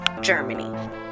germany